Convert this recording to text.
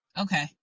Okay